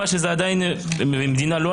בתקופה שהמדינה בה היא נמצאת היא עדיין לא אדומה,